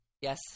Yes